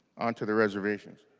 on to the reservations